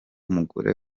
mugore